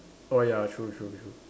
oh ya true true true